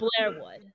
Blairwood